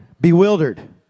Bewildered